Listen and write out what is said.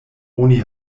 oni